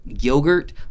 yogurt